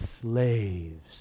slaves